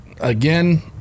again